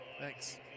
Thanks